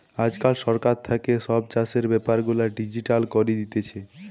আজকাল সরকার থাকে সব চাষের বেপার গুলা ডিজিটাল করি দিতেছে